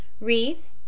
Reeves